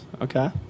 Okay